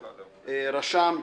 רשם,